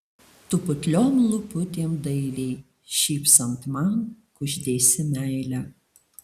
tu putliom lūputėm dailiai šypsant man kuždėsi meilę